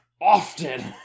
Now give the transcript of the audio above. Often